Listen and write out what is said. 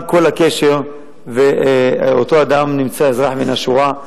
פג כל הקשר ואותו אדם נמצא אזרח מן השורה,